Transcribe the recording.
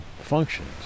functions